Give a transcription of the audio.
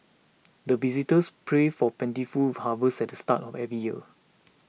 the visitors pray for plentiful harvest at the start of every year